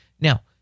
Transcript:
Now